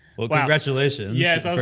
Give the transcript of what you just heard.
well, congratulations. yes. i was